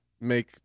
make